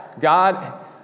God